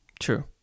True